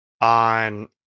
on